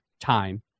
time